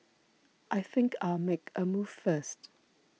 I think I'll make a move first